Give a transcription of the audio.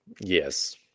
yes